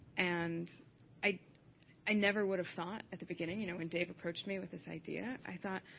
and i i never would have thought, at the beginning you know, when dave approached me with this idea, i thought,